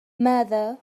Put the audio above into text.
ماذا